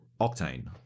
Octane